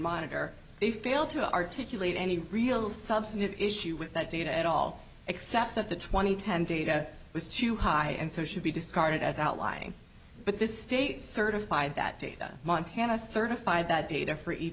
monitor they fail to articulate any real substantive issue with that data at all except that the twenty ten data was too high and so should be discarded as outlying but this state certified that data montana certified that data for e